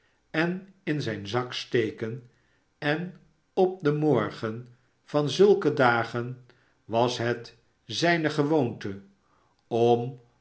en in zijn zak steken en op den morgen van zulke dagen was het zijne gewoonte om